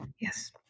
Yes